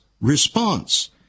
response